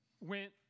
went